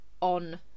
on